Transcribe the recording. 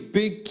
big